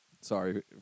Sorry